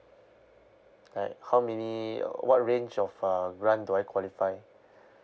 like how many or what range of uh grant do I qualify